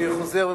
אני חוזר ומתחיל.